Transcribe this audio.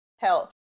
health